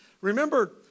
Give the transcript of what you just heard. Remember